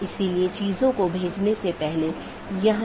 इसलिए उनके बीच सही तालमेल होना चाहिए